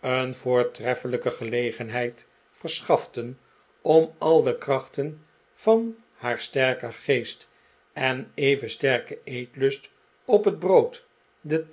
een voortreffelijke gelegenheid verschaften om al de krachten van haar sterken geest en even sterken eetlust op het brood de